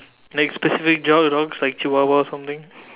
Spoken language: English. like specific type of dogs like chihuahua or something